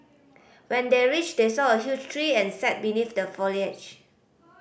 when they reached they saw a huge tree and sat beneath the foliage